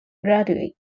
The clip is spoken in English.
graduate